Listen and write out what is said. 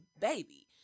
baby